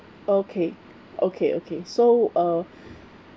okay okay okay so uh